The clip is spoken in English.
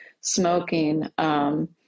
smoking